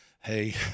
Hey